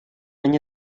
они